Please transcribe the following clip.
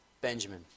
Benjamin